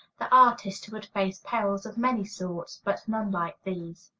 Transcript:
the artist, who had faced perils of many sorts, but none like these.